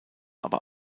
aber